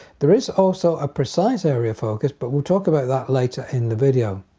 there is also a precise area focus but we'll talk about that later in the video.